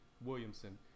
Williamson